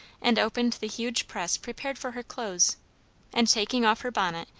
and opened the huge press prepared for her clothes and taking off her bonnet,